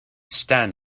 stand